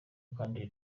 kandi